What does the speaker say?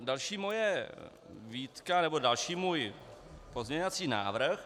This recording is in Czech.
Další moje výtka nebo další můj pozměňovací návrh